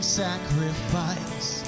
sacrifice